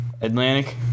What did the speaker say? Atlantic